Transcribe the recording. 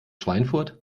schweinfurt